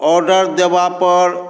order देबऽपर